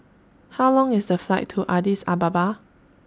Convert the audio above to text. How Long IS The Flight to Addis Ababa